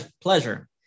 pleasure